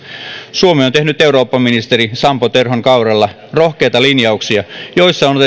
suomi on tehnyt eurooppaministeri sampo terhon kaudella rohkeita linjauksia joissa on